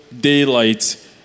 daylight